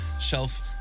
shelf